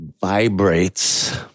vibrates